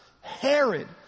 Herod